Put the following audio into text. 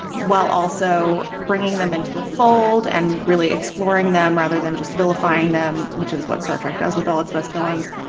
while also bringing them into the fold and really exploring them rather than just vilifying them, which is what? startrek does with all its best villains,